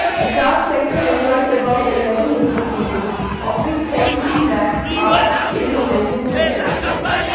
the craft sector employees about eleven million people of which forty three lacs are in the handloom sector itself.